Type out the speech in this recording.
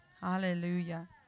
Hallelujah